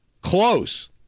Close